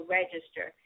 register